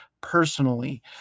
personally